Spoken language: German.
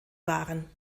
wahren